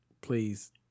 Please